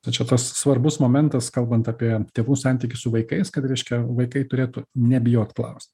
tai čia tas svarbus momentas kalbant apie tėvų santykį su vaikais kad reiškia vaikai turėtų nebijot klaust